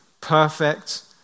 perfect